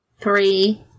Three